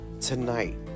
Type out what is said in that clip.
tonight